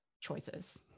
choices